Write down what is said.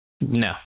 No